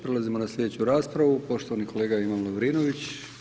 Prelazimo na sljedeću raspravu, poštovani kolega Ivan Lovrinović.